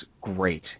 great